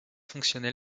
fonctionnel